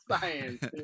science